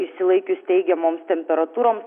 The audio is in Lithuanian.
išsilaikius teigiamoms temperatūrom